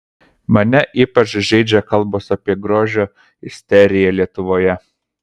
mane ypač žeidžia kalbos apie grožio isteriją lietuvoje